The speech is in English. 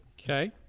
okay